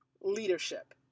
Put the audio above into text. leadership